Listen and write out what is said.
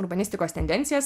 urbanistikos tendencijas